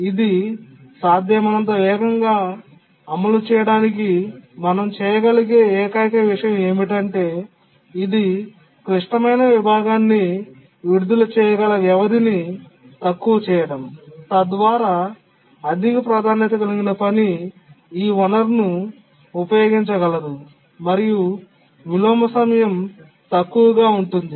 ఇది సాధ్యమైనంత వేగంగా అమలు చేయడానికి మనం చేయగలిగే ఏకైక విషయం ఏమిటంటే ఇది క్లిష్టమైన విభాగాన్ని విడుదల చేయగల వ్యవధిని తక్కువ చేయడం తద్వారా అధిక ప్రాధాన్యత కలిగిన పని ఈ వనరును ఉపయోగించగలదు మరియు విలోమ సమయం తక్కువగా ఉంటుంది